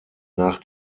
nach